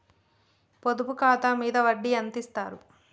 పొదుపు ఖాతా మీద వడ్డీ ఎంతిస్తరు?